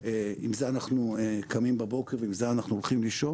שעם זה אנחנו קמים בבוקר ועם זה אנחנו הולכים לישון.